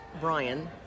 Brian